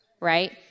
right